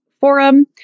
forum